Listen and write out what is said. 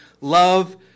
Love